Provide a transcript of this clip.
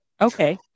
Okay